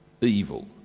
evil